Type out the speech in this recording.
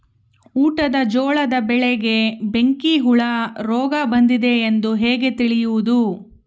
ಊಟದ ಜೋಳದ ಬೆಳೆಗೆ ಬೆಂಕಿ ಹುಳ ರೋಗ ಬಂದಿದೆ ಎಂದು ಹೇಗೆ ತಿಳಿಯುವುದು?